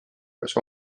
kas